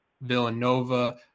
Villanova